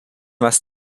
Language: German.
was